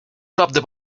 dropped